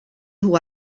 nhw